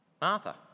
Martha